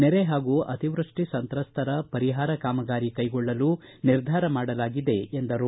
ನೆರೆ ಹಾಗು ಅತಿವೃಷ್ಠಿ ಸಂತ್ರಸ್ಥರ ಪರಿಹಾರ ಕಾಮಗಾರಿ ಕೈಗೊಳ್ಳಲು ನಿರ್ಧಾರ ಮಾಡಲಾಗಿದೆ ಎಂದರು